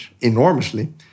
enormously